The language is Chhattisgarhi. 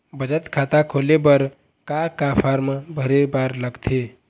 बचत खाता खोले बर का का फॉर्म भरे बार लगथे?